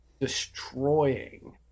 destroying